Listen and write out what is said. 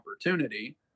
opportunity